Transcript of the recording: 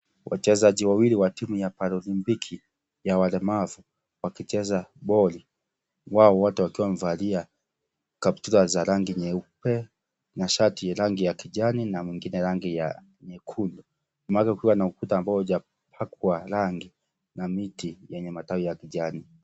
Wachezaji wawili wa timu ya paralimpiki ya walemavu wakicheza boli wao wote wakiwa wamevalia kaputura za rangi nyeupe na shati ya rangi ya kijani nanmwingine ya rangi ya nyekundu, nyuma yake kukiwa na ukuta ambao haujapakwa rangi na miti yenye matawi ya kijani.